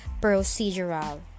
procedural